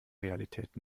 realität